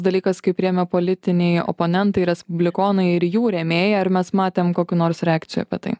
dalykas kaip priėmė politiniai oponentai respublikonai ir jų rėmėjai ar mes matėm kokių nors reakcijų apie tai